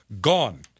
gone